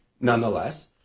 Nonetheless